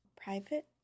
private